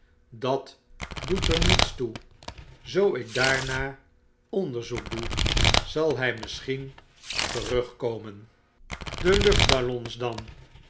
dat doet er niets toe zoo ik daarnaar onderzoek doe zal hq misschien terugkomen t t slapelooze nachten v de luchtballons dan